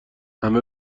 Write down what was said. همه